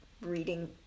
reading